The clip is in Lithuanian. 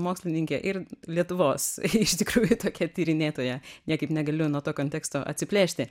mokslininkė ir lietuvos iš tikrųjų tokia tyrinėtoja niekaip negaliu nuo to konteksto atsiplėšti